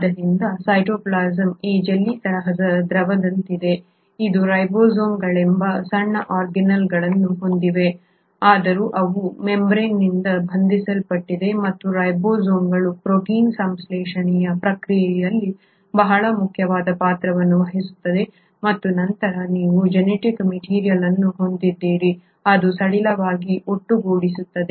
ಆದ್ದರಿಂದ ಸೈಟೋಪ್ಲಾಸಂ ಈ ಜೆಲ್ಲಿ ತರಹದ ದ್ರವದಂತಿದೆ ಇದು ರೈಬೋಸೋಮ್ಗಳೆಂಬ ಸಣ್ಣ ಆರ್ಗಾನ್ಯಿಲ್ಗಳನ್ನು ಹೊಂದಿದೆ ಆದರೂ ಅವು ಮೆಂಬ್ರೇನ್ನಿಂದ ಬಂಧಿಸಲ್ಪಟ್ಟಿಲ್ಲ ಮತ್ತು ಈ ರೈಬೋಸೋಮ್ಗಳು ಪ್ರೋಟೀನ್ ಸಂಶ್ಲೇಷಣೆಯ ಪ್ರಕ್ರಿಯೆಯಲ್ಲಿ ಬಹಳ ಮುಖ್ಯವಾದ ಪಾತ್ರವನ್ನು ವಹಿಸುತ್ತವೆ ಮತ್ತು ನಂತರ ನೀವು ಜೆನೆಟಿಕ್ ಮೆಟೀರಿಯಲ್ ಅನ್ನು ಹೊಂದಿದ್ದೀರಿ ಅದು ಸಡಿಲವಾಗಿ ಒಟ್ಟುಗೂಡಿಸುತ್ತದೆ